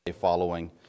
following